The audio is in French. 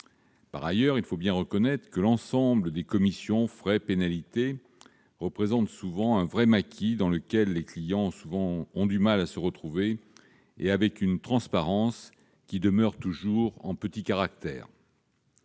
Par ailleurs, il faut bien reconnaître que l'ensemble des commissions, frais, pénalités représente un vrai maquis dans lequel les clients ont souvent du mal à se retrouver et où la transparence s'affiche toujours en petits caractères.